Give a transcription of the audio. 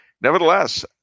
Nevertheless